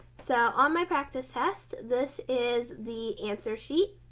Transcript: so on my practice test, this is the answer sheet.